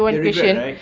the regret right